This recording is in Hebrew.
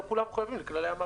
לא כולם מחויבים לכללי המעבדה.